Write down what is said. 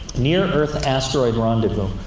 near earth asteroid rendezvous.